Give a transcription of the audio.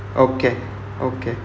okay okay